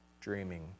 dreaming